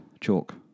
chalk